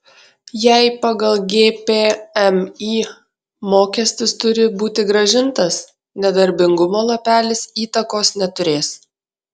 jei pagal gpmį mokestis turi būti grąžintas nedarbingumo lapelis įtakos neturės